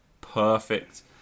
Perfect